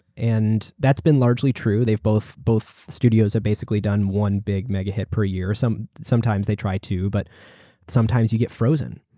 and that's been largely true. both both studios have basically done one big mega-hit per year. some sometimes they try to, but sometimes you get frozen,